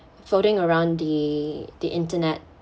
floating around the the internet